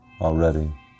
already